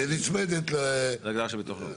שהיא נצמדת להגדרה של ביטוח לאומי.